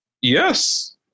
yes